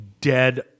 dead